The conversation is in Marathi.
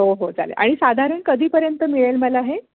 हो हो चालेल आणि साधारण कधीपर्यंत मिळेल मला हे